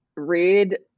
read